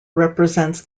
represents